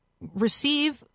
receive